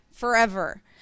forever